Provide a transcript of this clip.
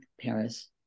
Paris